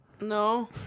No